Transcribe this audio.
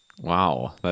Wow